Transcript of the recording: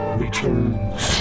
returns